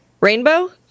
Rainbow